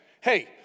hey